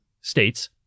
states